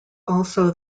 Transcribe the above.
also